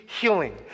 healing